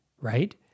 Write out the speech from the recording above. right